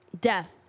death